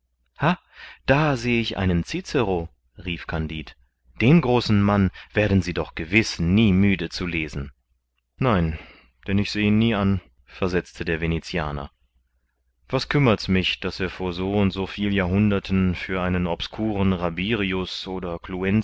da seh ich einen cicero rief kandid den großen mann werden sie doch gewiß nie müde zu lesen nein denn ich seh ihn nie an versetzte der venezianer was kümmert's mich daß er vor so und so viel jahrhunderten für einen obscuren rabirius oder